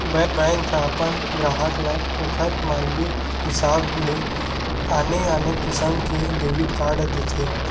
bank ह अपन गराहक ल ओखर मांगे हिसाब ले आने आने किसम के डेबिट कारड देथे